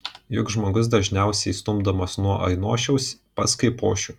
juk žmogus dažniausiai stumdomas nuo ainošiaus pas kaipošių